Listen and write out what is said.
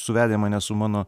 suvedę mane su mano